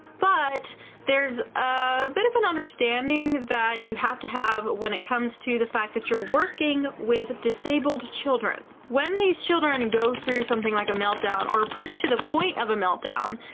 but there's a bit of an understanding that you have to have when it comes to the fact that you're working with disabled children. when these children go through something like a meltdown or are pushed to the point of a meltdown,